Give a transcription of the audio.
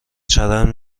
چرند